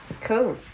cool